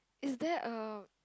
is there a